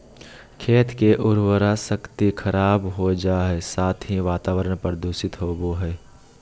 खेत के उर्वरा शक्ति खराब हो जा हइ, साथ ही वातावरण प्रदूषित होबो हइ